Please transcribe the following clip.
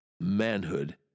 Manhood